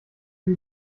sie